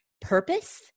purpose